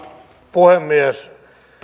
puhemies